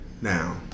now